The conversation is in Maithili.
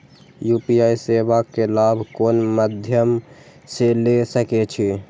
यू.पी.आई सेवा के लाभ कोन मध्यम से ले सके छी?